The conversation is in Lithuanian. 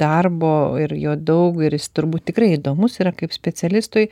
darbo ir jo daug ir jis turbūt tikrai įdomus yra kaip specialistui